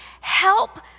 Help